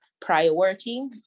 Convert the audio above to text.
priority